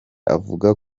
avuga